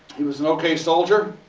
he was an okay soldier.